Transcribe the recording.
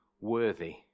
worthy